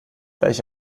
welch